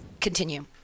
continue